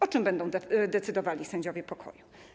O czym będą decydowali sędziowie pokoju?